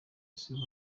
isi